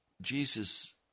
Jesus